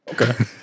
Okay